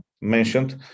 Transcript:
mentioned